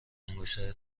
انگشتر